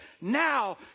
Now